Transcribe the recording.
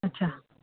अछा